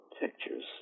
pictures